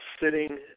sitting